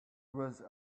was